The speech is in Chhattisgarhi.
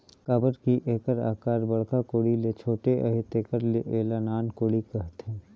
काबर कि एकर अकार बड़खा कोड़ी ले छोटे अहे तेकर ले एला नान कोड़ी कहथे